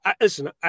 listen